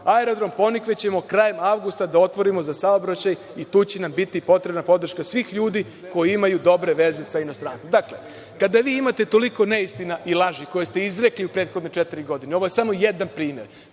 Aerodrom „Ponikve“ ćemo krajem avgusta da otvorimo za saobraćaj i tu će nam biti potrebna podrška svih ljudi koji imaju dobre veze sa inostranstvom. Dakle, kada vi imate toliko neistina i laži koje ste izrekli u prethodne četiri godine, ovo je samo jedan primer,